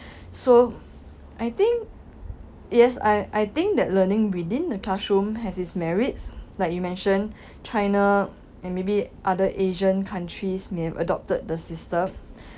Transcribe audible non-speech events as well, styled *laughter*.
*breath* so I think yes I I think that learning within the classroom has its merits like you mention china and maybe other asian countries may have adopted the system